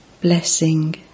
Blessing